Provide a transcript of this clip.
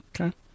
okay